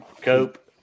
Cope